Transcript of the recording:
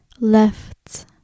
left